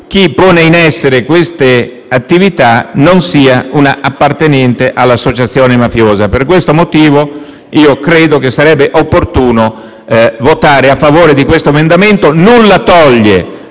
chi pone in essere tali attività non sia un appartenente all'associazione mafiosa. Per questi motivi credo che sarebbe opportuno votare a favore dell'emendamento 1.100, che nulla toglie